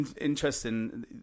interesting